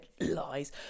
lies